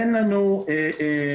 אין לנו בעיה.